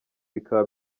bikaba